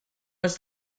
was